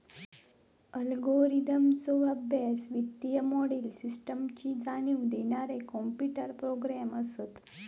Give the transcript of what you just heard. अल्गोरिदमचो अभ्यास, वित्तीय मोडेल, सिस्टमची जाणीव देणारे कॉम्प्युटर प्रोग्रॅम असत